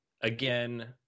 Again